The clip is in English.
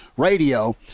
radio